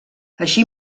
així